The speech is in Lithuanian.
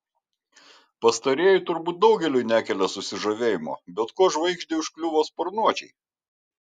pastarieji turbūt daugeliui nekelia susižavėjimo bet kuo žvaigždei užkliuvo sparnuočiai